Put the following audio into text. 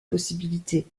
possibilité